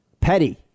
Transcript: Petty